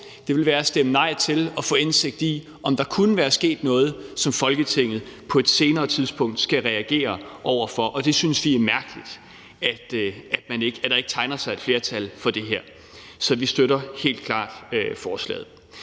Det ville være at stemme nej til at få indsigt i, om der kunne være sket noget, som Folketinget på et senere tidspunkt skal reagere på. Og vi synes, det er mærkeligt, at der ikke tegner sig et flertal for det her, så vi støtter helt klart forslaget.